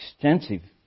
extensive